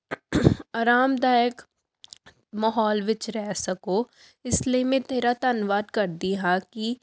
ਆਰਾਮਦਾਇਕ ਮਾਹੌਲ ਵਿੱਚ ਰਹਿ ਸਕੋ ਇਸ ਲਈ ਮੈਂ ਤੇਰਾ ਧੰਨਵਾਦ ਕਰਦੀ ਹਾਂ ਕਿ